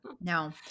no